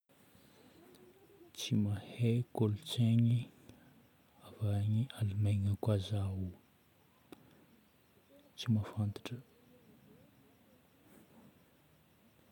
Tsy mahay kolontsaigny avy any Allemagne koa zaho. Tsy mahafantatra.